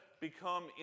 become